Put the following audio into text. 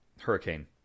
hurricane